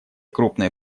крупной